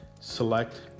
select